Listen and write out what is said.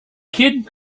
kid